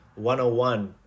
101